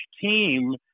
team